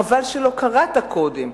חבל שלא קראת קודם,